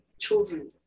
children